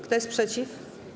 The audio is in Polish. Kto jest przeciw?